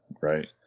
Right